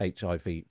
HIV